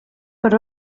per